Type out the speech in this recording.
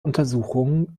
untersuchungen